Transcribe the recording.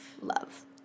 Love